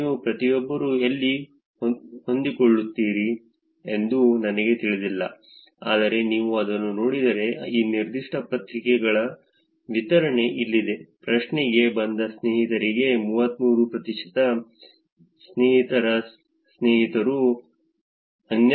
ನೀವು ಪ್ರತಿಯೊಬ್ಬರೂ ಎಲ್ಲಿ ಹೊಂದಿಕೊಳ್ಳುತ್ತೀರಿ ಎಂದು ನನಗೆ ತಿಳಿದಿಲ್ಲ ಆದರೆ ನೀವು ಅದನ್ನು ನೋಡಿದರೆ ಈ ನಿರ್ದಿಷ್ಟ ಪ್ರತಿಕ್ರಿಯೆಗಳ ವಿತರಣೆ ಇಲ್ಲಿದೆ ಪ್ರಶ್ನೆಗೆ ಬಂದ ಸ್ನೇಹಿತರಿಗೆ 33 ಪ್ರತಿಶತ ಸ್ನೇಹಿತರರ ಸ್ನೇಹಿತರು 12